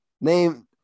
Name